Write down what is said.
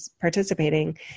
participating